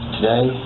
Today